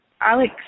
Alex